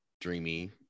dreamy